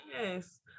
Yes